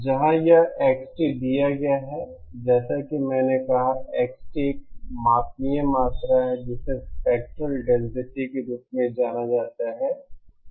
जहाँ यह XT दिया गया है जैसा कि मैंने कहा कि XT एक मापनीय मात्रा है जिसे स्पेक्ट्रेल डेंसिटी के रूप में जाना जाता है